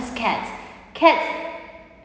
just cats cats